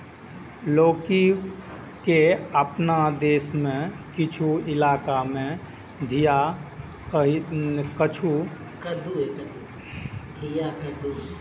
लौकी के अपना देश मे किछु इलाका मे घिया, कद्दू, सजमनि सेहो कहल जाइ छै